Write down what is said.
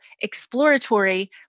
exploratory